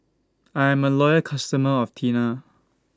I Am A Loyal customer of Tena